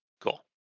cool